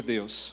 Deus